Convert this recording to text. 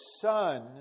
Son